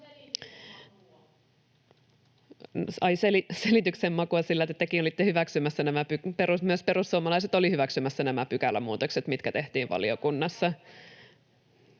perussuomalaiset olivat hyväksymässä nämä pykälämuutokset, mitkä tehtiin valiokunnassa.